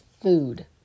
food